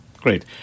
Great